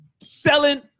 selling